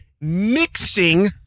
mixing